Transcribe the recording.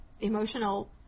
emotional